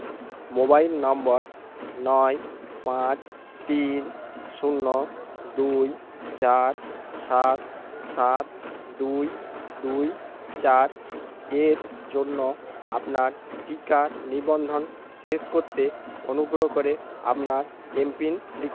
mobile number নয় পাঁচ তিন শূন্য দুই চার সাত সাত দুই দুই চার এর জন্য আপনার টিকা নিবন্ধন শেষ করতে অনুগ্রহ করে আপনার এমপিন লিখুন